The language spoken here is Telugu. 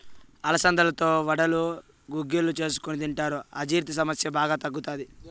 అలసందలతో వడలు, గుగ్గిళ్ళు చేసుకొని తింటారు, అజీర్తి సమస్య బాగా తగ్గుతాది